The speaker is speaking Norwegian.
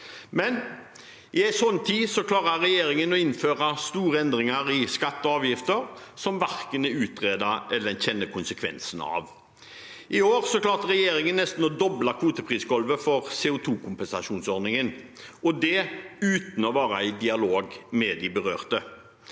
Men i en sånn tid klarer regjeringen å innføre store endringer i skatter og avgifter som verken er utredet, eller som en kjenner konsekvensene av. I år klarte regjeringen nesten å doble kvoteprisgulvet for CO2-kompensasjonsordningen – og det uten å være i dialog med de berørte.